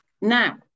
Now